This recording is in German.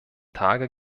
tage